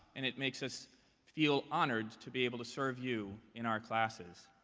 and it makes us feel honored to be able to serve you in our classes.